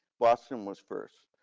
boston was first.